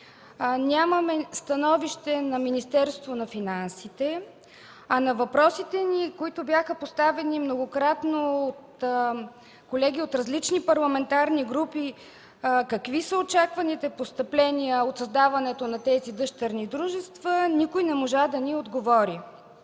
нямаме становище на Министерството на финансите, а на въпросите ни, които бяха поставяни многократно от колеги от различни парламентарни групи: какви са очакваните постъпления от създаването на тези дъщерни дружества, никой не можа да ни отговори.